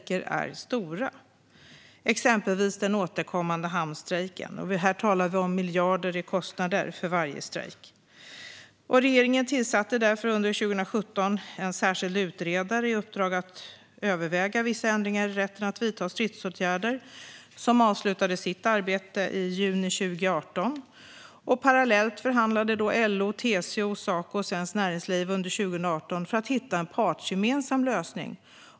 Det gäller exempelvis den återkommande hamnstrejken, där vi talar om miljarder i kostnader för varje strejk. Regeringen tillsatte därför under 2017 en särskild utredare med uppdrag att överväga vissa ändringar i rätten att vidta stridsåtgärder. Utredaren avslutade sitt arbete i juni 2018. Parallellt förhandlade LO, TCO, Saco och Svenskt Näringsliv under 2018 för att hitta en partsgemensam lösning.